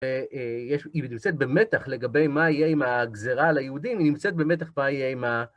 היא נמצאת במתח לגבי מה יהיה עם הגזירה על יהודים, אם נמצאת במתח מה יהיה עם ה...